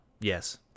Yes